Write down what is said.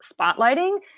spotlighting